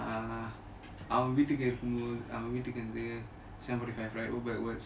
அவன் வீட்டுக்கு அவன் வீட்டுக்கு வந்து:avan veetuku avan veetuku vanthu seven forty five so go backwards